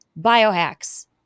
biohacks